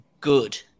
good